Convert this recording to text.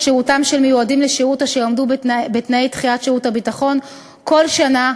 שירותם של מיועדים לשירות אשר עמדו בתנאי דחיית שירות הביטחון כל שנה